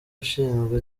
ushinzwe